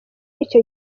icyo